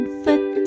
foot